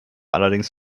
allerdings